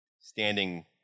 standing